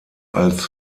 als